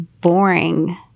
boring